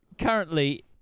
Currently